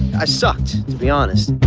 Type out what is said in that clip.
i sucked to be honest.